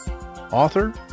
author